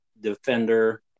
defender